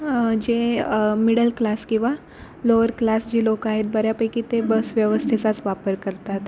जे middle class किंवा lower class जी लोक आहेत बऱ्यापैकी ते बस व्यवस्थेचाच वापर करतात